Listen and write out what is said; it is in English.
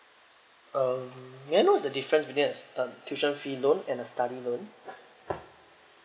um may I know what's the difference between a um tuition fee loan and a study loan